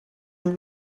any